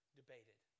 debated